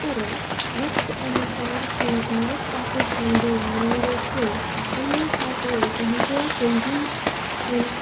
पर वक्त अनुसार जीअं भारत पाकिस्तान जो विर्हाङो थियो उन्हीअ खां पोइ पंहिंजो सिंधी पैं